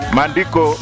Mandiko